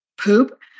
poop